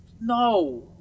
No